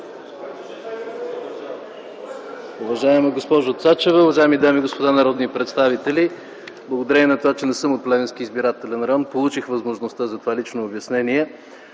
Уважаема госпожо Цачева, уважаеми дами и господа народни представители! Благодарение на това, че не съм от Плевенския избирателен район, получих възможността за това лично обяснение.